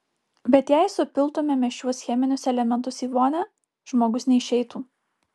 bet jei supiltumėme šiuos cheminius elementus į vonią žmogus neišeitų